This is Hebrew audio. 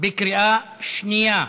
בקריאה שנייה.